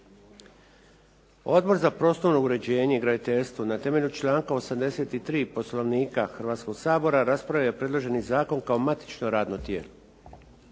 Odbor za prostorno uređenje i graditeljstvo na temelju članka 83. Poslovnika Hrvatskog sabora raspravio je predloženi zakon kao matično radno tijelo.